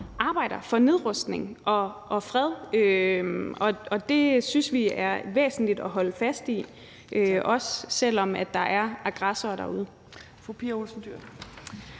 arbejder for nedrustning og fred, og det synes vi er væsentligt at holde fast i, også selv om der er aggressorer derude.